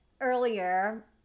earlier